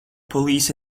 police